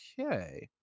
Okay